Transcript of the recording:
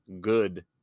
good